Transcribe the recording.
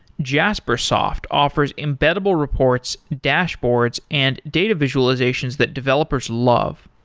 jaspersoft offers embeddable reports, dashboards and data visualizations that developers love.